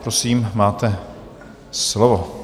Prosím, máte slovo.